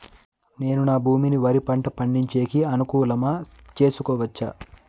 నేను నా భూమిని వరి పంట పండించేకి అనుకూలమా చేసుకోవచ్చా?